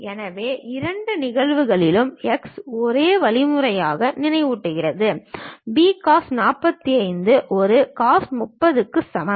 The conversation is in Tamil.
எனவே இரண்டு நிகழ்வுகளிலும் x ஒரே வழிமுறையை நினைவூட்டுகிறது B cos 45 ஒரு cos 30 க்கு சமம்